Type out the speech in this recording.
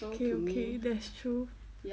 okay okay that's true